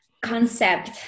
concept